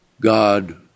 God